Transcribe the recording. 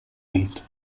nit